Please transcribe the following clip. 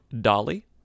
Dolly